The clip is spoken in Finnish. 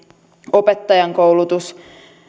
opettajankoulutus